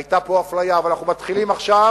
היתה פה אפליה, אבל אנחנו מתחילים עכשיו,